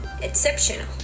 exceptional